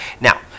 Now